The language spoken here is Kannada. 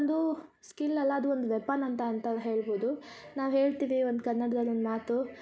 ಒಂದು ಸ್ಕಿಲ್ ಅಲ್ಲ ಅದು ಒಂದು ವೆಪನ್ ಅಂತ ಅಂತ ಹೇಳ್ಬೋದು ನಾವು ಹೇಳ್ತೀವಿ ಒಂದು ಕನ್ನಡ್ದಲ್ಲಿ ಮಾತು ಪೆನ್ನು ಅನ್ನೋದು